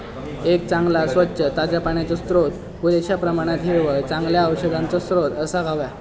एक चांगला, स्वच्छ, ताज्या पाण्याचो स्त्रोत, पुरेश्या प्रमाणात हिरवळ, चांगल्या औषधांचो स्त्रोत असाक व्हया